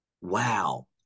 wow